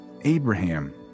Abraham